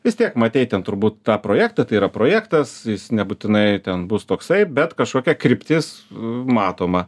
vis tiek matei ten turbūt tą projektą tai yra projektas jis nebūtinai ten bus toksai bet kažkokia kryptis matoma